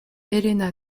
helena